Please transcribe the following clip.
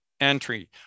entry